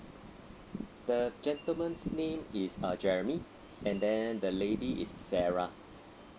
the gentleman's name is err jeremy and then the lady is sarah